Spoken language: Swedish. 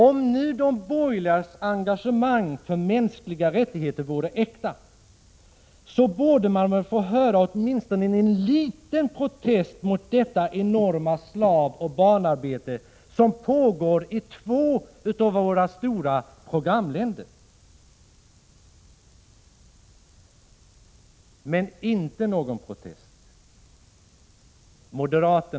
Om nu de borgerligas engagemang för mänskliga rättigheter vore äkta, borde man väl åtminstone få höra en liten protest mot detta enorma slavoch barnarbete, som pågår i två av våra stora programländer. Men någon sådan protest har inte hörts.